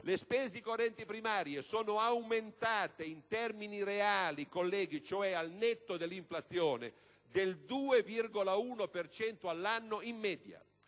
le spese correnti primarie sono aumentate in termini reali, cioè al netto dell'inflazione, del 2,1 per cento all'anno in media.